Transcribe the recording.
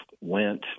went